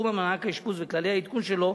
סכום מענק האשפוז וכללי העדכון שלו,